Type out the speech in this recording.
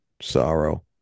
sorrow